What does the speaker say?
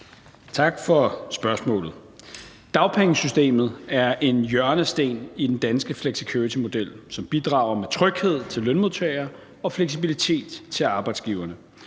Tak for spørgsmålet. Dagpengesystemet er en hjørnesten i den danske flexicuritymodel, som bidrager med tryghed til lønmodtagerne og fleksibilitet til arbejdsgiverne.